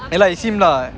yeah lah it's him lah